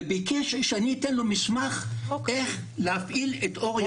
וביקש שאני אתן לו מסמך איך להפעיל את אור ירוק.